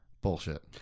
Bullshit